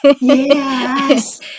Yes